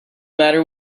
matter